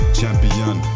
Champion